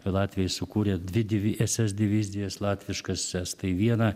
latviai sukūrė dvi ss divizijas latviškas estai vieną